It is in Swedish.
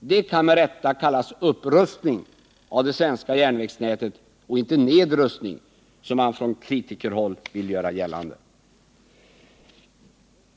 Det kan med rätta kallas upprustning av det svenska järnvägsnätet och inte nedrustning, som man från kritikerhåll vill göra gällande.